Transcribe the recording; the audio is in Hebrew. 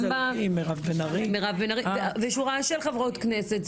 מירב בן ארי ושורה של חברות כנסת.